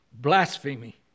Blasphemy